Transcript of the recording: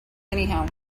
anyhow